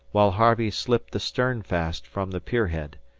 while harvey slipped the stern-fast from the pier-head,